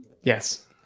Yes